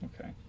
Okay